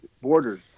borders